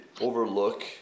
overlook